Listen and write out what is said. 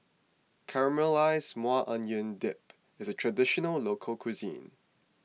Caramelized Maui Onion Dip is a Traditional Local Cuisine